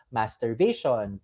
masturbation